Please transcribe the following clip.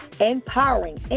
empowering